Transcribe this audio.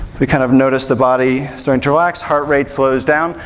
we kind of notice the body starting to relax, heart rate slows down.